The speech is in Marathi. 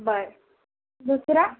बरं दुसरा